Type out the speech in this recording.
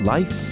Life